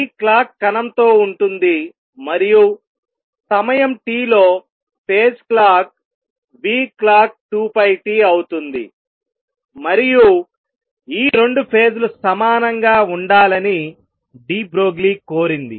ఈ క్లాక్ కణంతో ఉంటుంది మరియు సమయం t లో ఫేజ్ క్లాక్ clock2πt అవుతుంది మరియు ఈ 2 ఫేజ్ లు సమానంగా ఉండాలని డి బ్రోగ్లీ కోరింది